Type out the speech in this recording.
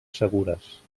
segures